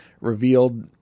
revealed